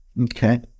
Okay